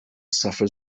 suffer